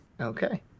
Okay